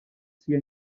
sia